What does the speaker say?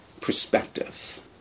perspective